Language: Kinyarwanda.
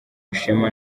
ishema